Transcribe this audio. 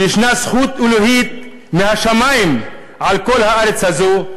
שישנה זכות אלוהית מהשמים על כל הארץ הזו.